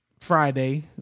Friday